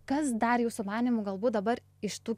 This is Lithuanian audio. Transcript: kas dar jūsų manymu galbūt dabar iš tų